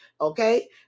Okay